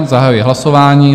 Zahajuji hlasování.